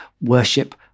worship